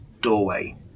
doorway